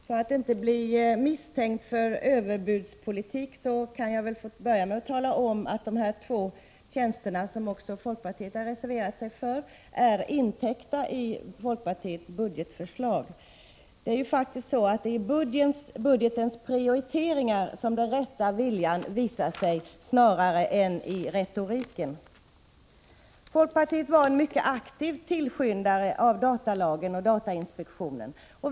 Herr talman! För att inte bli anklagad för att bedriva överbudspolitik vill jag börja med att tala om att de två tjänster som diskuterats och som också folkpartiet har reserverat sig för är intäckta i folkpartiets budgetförslag. Det är ju faktiskt i budgetens prioriteringar som den rätta viljan visar sig, inte i retoriken. Folkpartiet var en mycket aktiv tillskyndare av datalagen och datainspektionen.